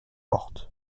morte